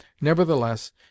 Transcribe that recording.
Nevertheless